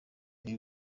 bihe